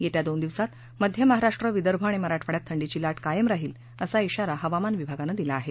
येत्या दोन दिवसात मध्य महाराष्ट्र विदर्भ आणि मराठवाड्यात थंडीची लाट कायम राहील असा इशारा हवामान विभागाने दिला आहे